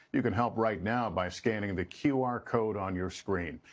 you can help right now by scanning the qr code on your screen.